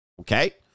Okay